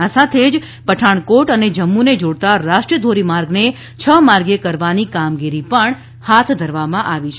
આ સાથે જ પઠાણકોટ અને જમ્મુને જોડતાં રાષ્ટ્રીય ધોરીમાર્ગને છ માર્ગીય કરવાની કામગીરી પણ હાથ ધરવામાં આવી છે